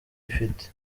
ifite